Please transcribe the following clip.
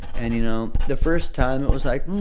and, you know, the first time it was like,